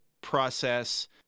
process